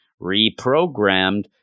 reprogrammed